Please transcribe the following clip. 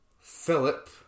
Philip